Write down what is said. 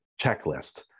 checklist